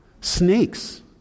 Snakes